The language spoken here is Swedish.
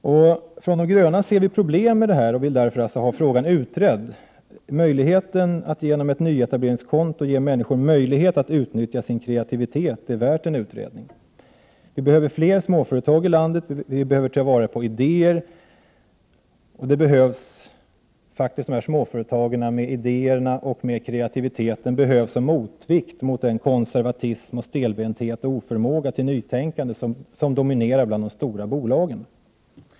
Vi från de grönas sida ser problem med detta och vill därför ha frågan utredd. Det är värt en utredning om man genom ett nyetableringskonto kan ge människor möjlighet att utnyttja sin kreativitet. Vi behöver fler småföretag i landet, och vi behöver ta till vara idéer. Småföretagen med sina idéer och sin kreativitet behövs som en motvikt till den konservatism, stelbenthet och oförmåga till nytänkande som dominerar bland de stora bolagen.